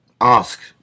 ask